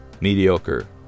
mediocre